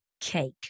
Cake